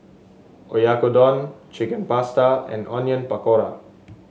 Oyakodon Chicken Pasta and Onion Pakora